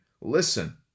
Listen